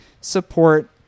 support